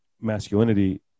masculinity